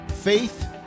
Faith